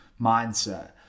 mindset